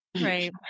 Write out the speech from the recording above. Right